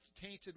tainted